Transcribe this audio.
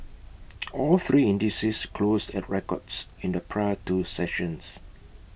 all three indices closed at records in the prior two sessions